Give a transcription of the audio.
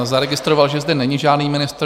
Zaregistroval jsem, že zde není žádný ministr.